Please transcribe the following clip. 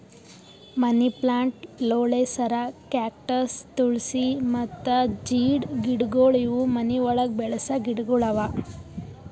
ಮನಿ plant, ಲೋಳೆಸರ, cactus, ತುಳ್ಸಿ ಮತ್ತ ಜೀಡ್ ಗಿಡಗೊಳ್ ಇವು ಮನಿ ಒಳಗ್ ಬೆಳಸ ಗಿಡಗೊಳ್ ಅವಾ